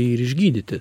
jį ir išgydyti